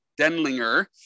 Denlinger